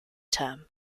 term